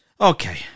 okay